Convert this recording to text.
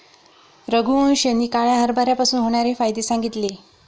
रघुवंश यांनी काळ्या हरभऱ्यापासून होणारे फायदे सांगितले